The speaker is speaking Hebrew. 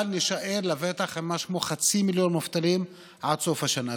אבל נישאר לבטח עם משהו כמו חצי מיליון מובטלים עד סוף השנה,